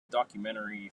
documentary